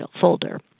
folder